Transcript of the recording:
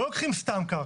לא לוקחים סתם קרקע.